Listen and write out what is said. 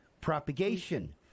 Propagation